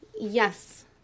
Yes